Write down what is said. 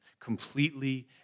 completely